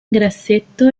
grassetto